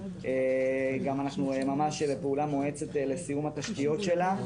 גם אנחנו ממש בפעולה מואצת לסיום התשתיות שלה,